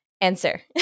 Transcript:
answer